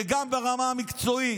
וגם הרמה המקצועית,